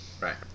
right